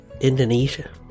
Indonesia